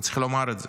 וצריך לומר את זה,